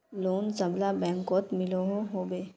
Loan सबला बैंकोत मिलोहो होबे?